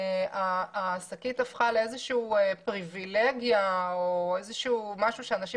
השקית הפכה לאיזושהי פריבילגיה או משהו שאנשים